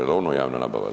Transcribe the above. Jel' ono javna nabava?